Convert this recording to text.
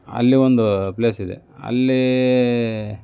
ಅಲ್ಲಿ ಒಂದು ಪ್ಲೇಸ್ ಇದೆ ಅಲ್ಲಿ